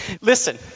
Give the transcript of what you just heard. Listen